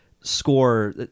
score